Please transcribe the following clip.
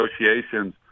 negotiations